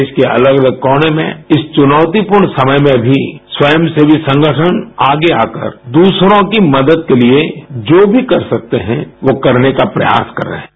देश के अलग अलग कोने में इस चुनौतीपूर्ण समय में भी स्वयं सेवी संगठन आगे आकर दूसरों की मदद के लिए जो भी कर सकते हैं वो करने का प्रयास कर रहे हैं